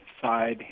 side